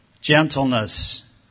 gentleness